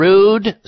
Rude